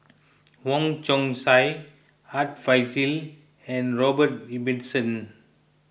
Wong Chong Sai Art Fazil and Robert Ibbetson